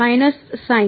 minus sign